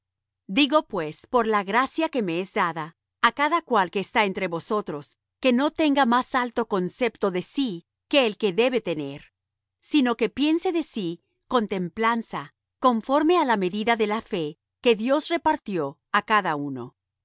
digo pues por la gracia que me es dada á cada cual que está entre vosotros que no tenga más alto concepto de sí que el que debe tener sino que piense de sí con templanza conforme á la medida de la fe que dios repartió á cada uno